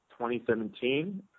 2017